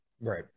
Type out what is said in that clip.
right